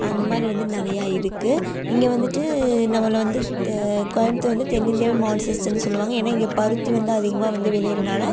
அந்த மாதிரி வந்து நிறையா இருக்குது இங்கே வந்துட்டு நம்மளை வந்து தெ கோயமுத்தூர் வந்து தென்னிந்தியாவின் மான்சிஸ்டர்னு சொல்லுவாங்க ஏன்னா இங்கே பருத்தி வந்து அதிகமாக வந்து விளையிறனால்